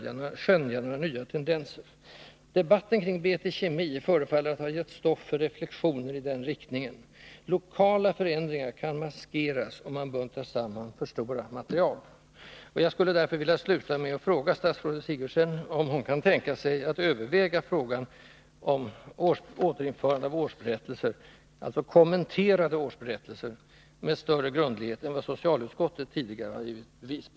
Jag har motionerat om detta i år igen, och kanske det går bättre nu. — Debatten kring BT Kemi förefaller att ha givit stoff för reflexioner i den riktningen. Lokala förändringar kan maskeras om man buntar samman för många uppgifter så att man får för stora material. Jag skulle därför vilja sluta med att fråga statsrådet Sigurdsen om hon kan tänka sig att, med större grundlighet än vad socialutskottet tidigare givit bevis på, överväga frågan om återinförande av kommenterade årsberättelser.